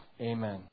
Amen